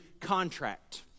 contract